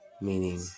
Meaning